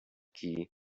key